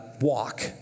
walk